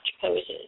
poses